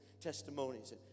testimonies